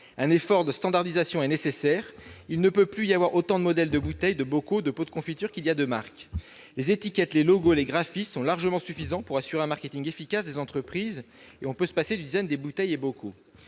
Un effort de standardisation est donc nécessaire. Il ne peut plus y avoir autant de modèles de bouteilles, de bocaux, de pots de confiture qu'il y a de marques. Les étiquettes, les logos, les graphies sont largement suffisants pour assurer aux entreprises un marketing efficace, et on peut se passer des dizaines de types de bouteilles et bocaux